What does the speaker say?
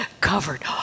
covered